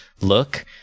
look